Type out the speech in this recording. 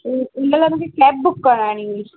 उन लाइ मूंखे कैब बुक कराइणी हुई